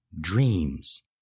dreams